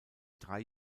drei